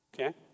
okay